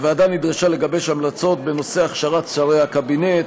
הוועדה נדרשה לגבש המלצות בנושאי הכשרת שרי הקבינט,